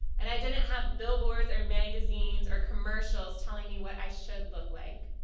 and i didn't have billboards or magazines or commercials telling me what i should look like.